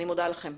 אני מודה לכם.